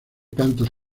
cantos